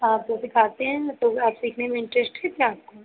हाँ तो सिखाते हैं तो आप सीखने में इन्ट्रस्ट कितना है आपको